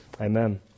Amen